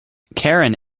karen